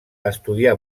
estudià